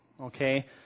okay